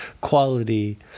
quality